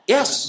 Yes